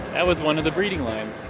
that was one of the breeding lines.